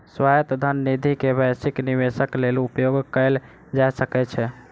स्वायत्त धन निधि के वैश्विक निवेशक लेल उपयोग कयल जा सकै छै